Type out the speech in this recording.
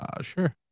Sure